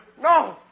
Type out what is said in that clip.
No